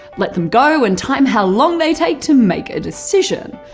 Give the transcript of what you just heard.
let them go and time how long they take to make a decision.